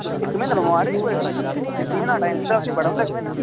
तुस इक म्हीना बमार रेह् पूरे इक म्हीना रेह् इक म्हीने टाइम दित्ता असें बड़ा होंदा इक म्हीना